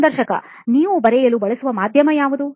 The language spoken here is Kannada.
ಸಂದರ್ಶಕ ನೀವು ಬರೆಯಲು ಬಳಸುವ ಮಾಧ್ಯಮ ಯಾವುದು